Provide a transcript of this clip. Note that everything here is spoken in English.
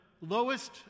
lowest